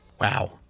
Wow